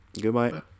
Goodbye